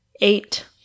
eight